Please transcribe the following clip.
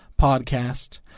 podcast